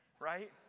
right